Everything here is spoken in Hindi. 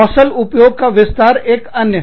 कौशल उपयोग का विस्तार एक अन्य